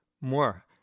more